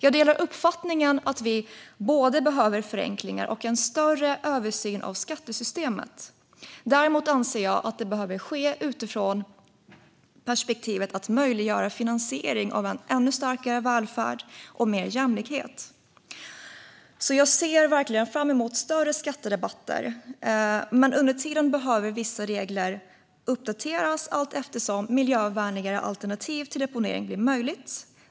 Jag delar uppfattningen att vi behöver både förenklingar och en större översyn av skattesystemet. Däremot anser jag att det behöver ske utifrån perspektivet att vi ska möjliggöra finansiering av en ännu starkare välfärd och mer jämlikhet. Jag ser verkligen fram emot större skatterabatter. Men under tiden behöver vissa regler uppdateras allteftersom miljövänligare alternativ till deponering blir möjliga.